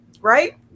Right